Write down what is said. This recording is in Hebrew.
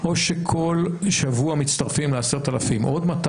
או שכל שבוע מצטרפים ל-10,000 עוד 200,